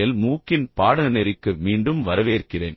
L மூக்கின் பாடநெறிக்கு மீண்டும் வரவேற்கிறேன்